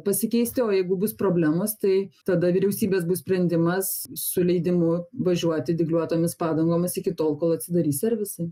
pasikeisti o jeigu bus problemos tai tada vyriausybės bus sprendimas su leidimu važiuoti dygliuotomis padangomis iki tol kol atsidarys servisai